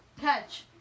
Catch